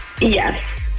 Yes